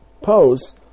pose